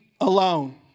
alone